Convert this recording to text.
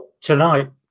tonight